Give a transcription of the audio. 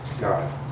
god